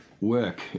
work